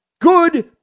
Good